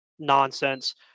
nonsense